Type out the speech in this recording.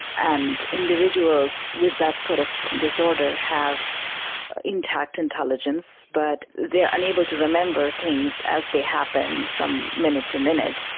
and individuals with that sort of disorder have intact intelligence but they are unable to remember things as they happen from minute to minute.